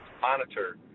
monitor